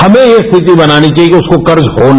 हमें ये स्थिति बनानी चाहिए कि उसको कर्ज हो नहीं